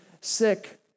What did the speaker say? sick